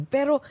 Pero